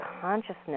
consciousness